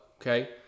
Okay